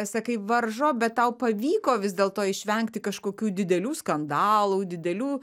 sakai varžo bet tau pavyko vis dėlto išvengti kažkokių didelių skandalų didelių